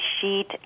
sheet